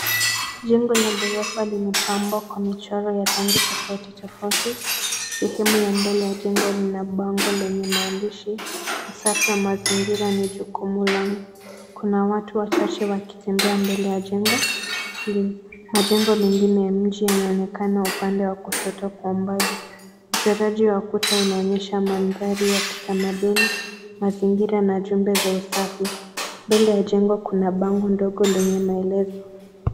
Jengo la gorofa limepambwa kwa michoro ya rangi tofauti tofauti. Sehemu ya mbele ya jengo lina bango lenye maandishi, "Usafi wa mazingira ni jukumu langu." Kuna watu wachache wakitembea mbele ya jengo hili. Majengo mengine ya mji yanaonekana upande wa kushoto kwa mbali. Uchoraji wa kuta unaonyesha mandhari ya kitamaduni, mazingira na jumbe za usafi. Mbele ya jengo kuna bango ndogo lenye maelezo.